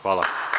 Hvala.